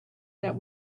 that